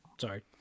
Sorry